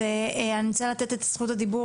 אז אני רוצה לתת את זכות הדיבור